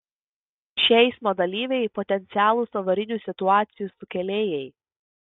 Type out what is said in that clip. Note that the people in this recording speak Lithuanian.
šie eismo dalyviai potencialūs avarinių situacijų sukėlėjai